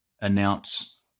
announce